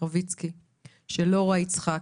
של לורה יצחק,